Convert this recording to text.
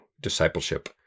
discipleship